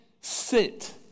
sit